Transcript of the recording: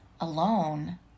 alone